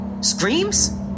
screams